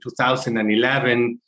2011